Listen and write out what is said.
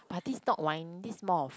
but this is not wine this is more of